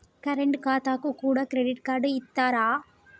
Current ఖాతాకు కూడా credit card ఇత్తరా?